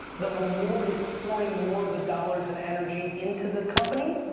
the reward is pouring more of the dollars and energy into the company,